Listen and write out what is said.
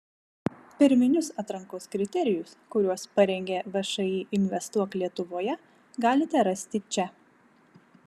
pirminius atrankos kriterijus kuriuos parengė všį investuok lietuvoje galite rasti čia